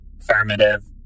Affirmative